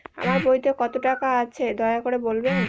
আমার বইতে কত টাকা আছে দয়া করে বলবেন?